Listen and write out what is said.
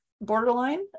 borderline